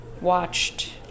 watched